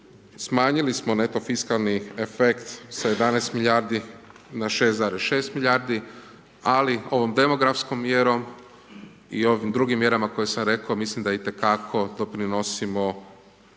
smanjili smo neto fiskalni efekt sa 11 milijardi na 6,6 milijardi ali ovom demografskom mjerom i ovim drugim mjerama koje sam reko mislim da i te kako doprinosimo